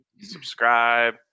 subscribe